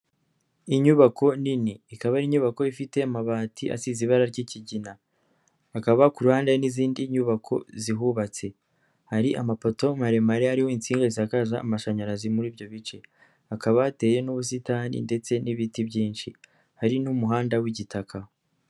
Inyubako nini ikaba ari inyubako ifite amabati asize ibara ry'ikigina, hakaba ku ruhande hari n'izindi nyubako zihubatse, hari amapoto maremare ariho insinga zisakaza amashanyarazi muri ibyo bice hakaba hateye n'ubusitani ndetse n'ibiti byinshi hari n'umuhanda w'igitaka.